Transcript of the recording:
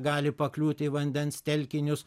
gali pakliūti į vandens telkinius